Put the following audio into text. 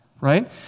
Right